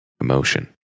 emotion